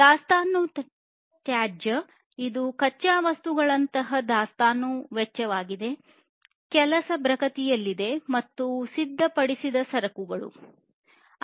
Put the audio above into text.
ದಾಸ್ತಾನು ತ್ಯಾಜ್ಯ ಇದು ಕಚ್ಚಾ ವಸ್ತುಗಳಂತಹ ದಾಸ್ತಾನು ವೆಚ್ಚವಾಗಿದೆ ಕೆಲಸ ಪ್ರಗತಿಯಲ್ಲಿದೆ ಮತ್ತು ಸಿದ್ಧಪಡಿಸಿದ ಸರಕುಗಳು ಆಗಿವೆ